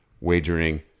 wagering